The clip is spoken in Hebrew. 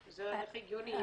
לחודש, זה הכי הגיוני.